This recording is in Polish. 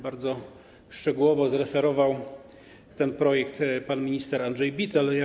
Bardzo szczegółowo zreferował ten projekt pan minister Andrzej Bittel.